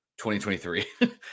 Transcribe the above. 2023